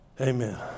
amen